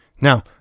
Now